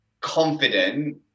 confident